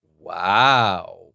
Wow